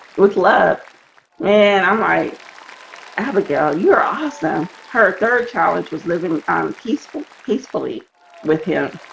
with love and i'm like abigail you're awesome. her third challenge was living on peaceful peacefully with him